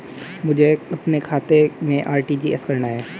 मुझे अपने खाते से आर.टी.जी.एस करना?